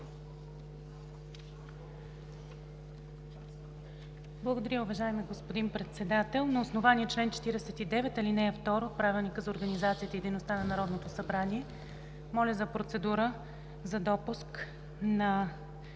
Благодаря, уважаеми господин Председател. На основание чл. 49, ал. 2 от Правилника за организацията и дейността на Народното събрание моля за процедура за допуск на